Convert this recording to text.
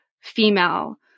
female